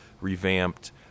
revamped